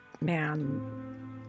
man